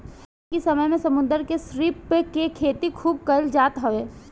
अबकी समय में समुंदर में श्रिम्प के खेती खूब कईल जात हवे